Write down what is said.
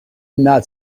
not